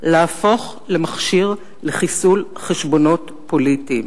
להפוך למכשיר לחיסול חשבונות פוליטיים.